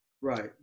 Right